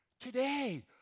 Today